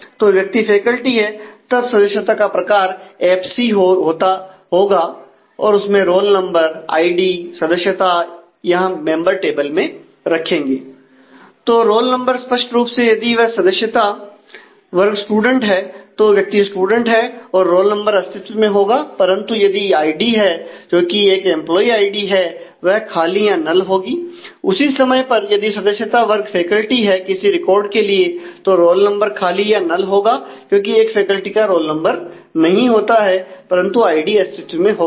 तो व्यक्ति फैकल्टी है तब सदस्यता का प्रकार एफसी होगा क्योंकि एक फैकल्टी मेंबर का रोल नंबर नहीं होता है परंतु आईडी अस्तित्व में होगा